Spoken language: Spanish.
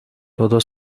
todo